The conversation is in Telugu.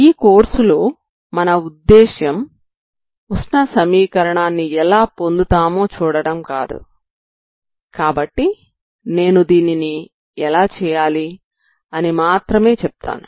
ఈ కోర్సు లో మన ఉద్దేశ్యం ఉష్ణ సమీకరణాన్ని ఎలా పొందుతామో చూడడం కాదు కాబట్టి నేను దీనిని ఎలా చేయాలి అని మాత్రమే చెప్తాను